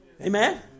Amen